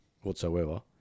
whatsoever